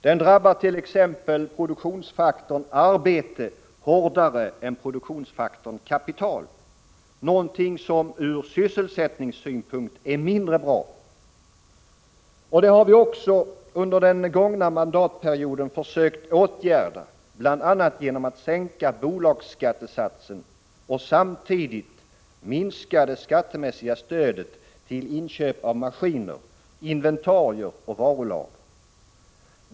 Den drabbar t.ex. produktionsfaktorn arbete hårdare än produktionsfaktorn kapital — något som ur sysselsättningssynpunkt är mindre bra. Detta har vi försökt åtgärda under den gångna mandatperioden, bl.a. genom att sänka bolagsskattesatsen och samtidigt minska det skattemässiga stödet till inköp av maskiner, inventarier och varulager.